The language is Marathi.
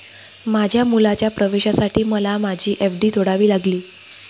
माझ्या मुलाच्या प्रवेशासाठी मला माझी एफ.डी तोडावी लागली